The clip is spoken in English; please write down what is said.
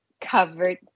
covered